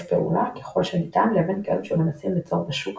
פעולה ככל שניתן לבין כאלו שמנסים ליצור בשוק